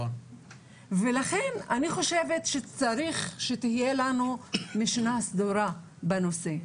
לכן אני חושבת שצריך שתהיה לנו משנה סדורה בנושא.